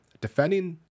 defending